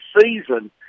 season